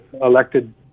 elected